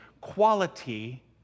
quality